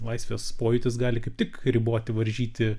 laisvės pojūtis gali kaip tik riboti varžyti